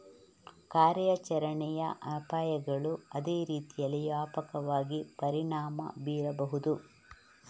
ಕಾರ್ಯಾಚರಣೆಯ ಅಪಾಯಗಳು ಅದೇ ರೀತಿಯಲ್ಲಿ ವ್ಯಾಪಕವಾಗಿ ಪರಿಣಾಮ ಬೀರಬಹುದು